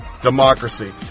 democracy